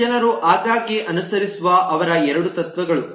ಮತ್ತು ಜನರು ಆಗಾಗ್ಗೆ ಅನುಸರಿಸುವ ಅವರ ಎರಡು ತತ್ವಗಳು